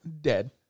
Dead